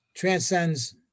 transcends